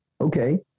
Okay